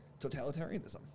totalitarianism